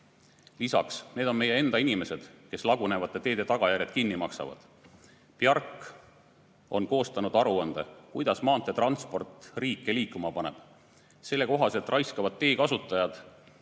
Lisaks, need on meie enda inimesed, kes lagunevate teede tagajärjed kinni maksavad. PIARC on koostanud aruande selle kohta, kuidas maanteetransport riike liikuma paneb. Selle kohaselt raiskavad tee kasutajad